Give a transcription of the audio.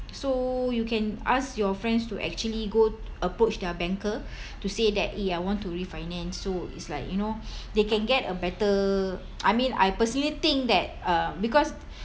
so you can ask your friends to actually go approach their banker to say that eh I want to refinance so it's like you know they can get a better I mean I personally think that uh because